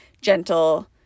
gentle